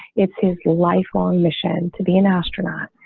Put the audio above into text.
it's his lifelong mission to be an astronaut.